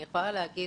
אני יכולה להגיד